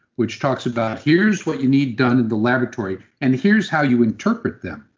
which talks about here's what you need done in the laboratory and here's how you interpret them.